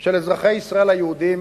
של אזרחי ישראל היהודים